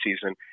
season